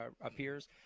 appears